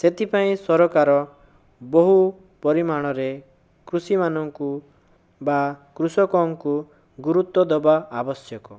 ସେଥିପାଇଁ ସରକାର ବହୁ ପରିମାଣରେ କୃଷିମାନଙ୍କୁ ବା କୃଷକଙ୍କୁ ଗୁରୁତ୍ୱ ଦେବା ଆବଶ୍ୟକ